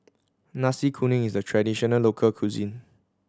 Nasi Kuning is a traditional local cuisine